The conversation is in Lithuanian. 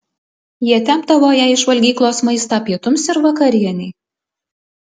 jie tempdavo jai iš valgyklos maistą pietums ir vakarienei